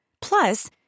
Plus